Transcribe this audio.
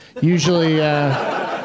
Usually